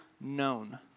known